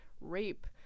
rape